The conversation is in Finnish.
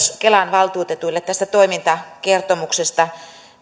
kelan valtuutetuille tästä toimintakertomuksesta